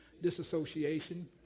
disassociation